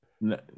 no